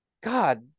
God